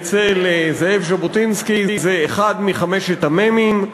אצל זאב ז'בוטינסקי זה אחד מחמשת המ"מים,